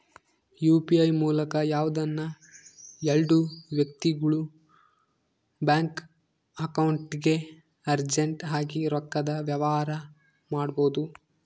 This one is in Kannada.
ಯು.ಪಿ.ಐ ಮೂಲಕ ಯಾವ್ದನ ಎಲ್ಡು ವ್ಯಕ್ತಿಗುಳು ಬ್ಯಾಂಕ್ ಅಕೌಂಟ್ಗೆ ಅರ್ಜೆಂಟ್ ಆಗಿ ರೊಕ್ಕದ ವ್ಯವಹಾರ ಮಾಡ್ಬೋದು